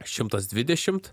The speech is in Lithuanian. šimtas dvidešimt